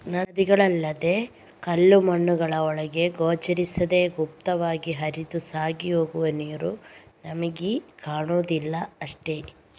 ನದಿಗಳಲ್ಲದೇ ಕಲ್ಲು ಮಣ್ಣುಗಳ ಒಳಗೆ ಗೋಚರಿಸದೇ ಗುಪ್ತವಾಗಿ ಹರಿದು ಸಾಗಿ ಹೋಗುವ ನೀರು ನಮಿಗೆ ಕಾಣುದಿಲ್ಲ ಅಷ್ಟೇ